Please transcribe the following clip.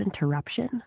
interruption